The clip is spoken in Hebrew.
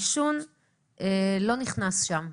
למה העישון לא נכנס שם?